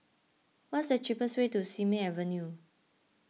what's the cheapest way to Simei Avenue